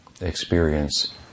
experience